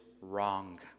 wrong